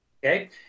Okay